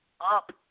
up